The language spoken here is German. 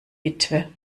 witwe